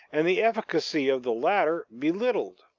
and the efficacy of the latter belittled.